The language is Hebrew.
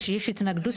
אני ד"ר דלית אטרקצ'י,